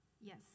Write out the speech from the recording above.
Yes